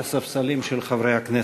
על הספסלים של חברי הכנסת.